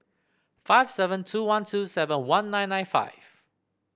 five seven two one two seven one nine nine five